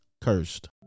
cursed